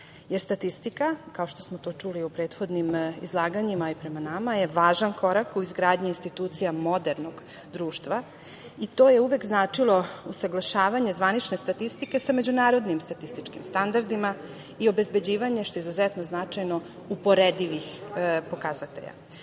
jer statistika kao što smo to čuli i u prethodnim izlaganjima i prema nama je važan korak u izgradnji institucija modernog društva i to je uvek značilo usaglašavanje zvanične statistike sa međunarodnim statističkim standardima i obezbeđivanje, što je izuzetno značajno uporedivih pokazatelja,